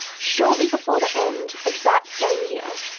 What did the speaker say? shortly before the end of that same year,